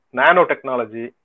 nanotechnology